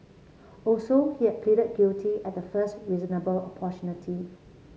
also he had pleaded guilty at the first reasonable